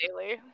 daily